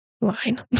Line